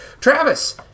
travis